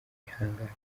igihangange